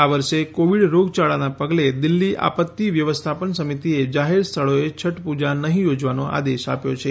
આ વર્ષે કોવિડ રોગયાળાના પગલે દિલ્ફી આપત્તિ વ્યવસ્થાપન સમિતિએ જાહેર સ્થળો એ છઠ્ઠ પુજા નહીં યોજવાનો આદેશ આપ્યો છે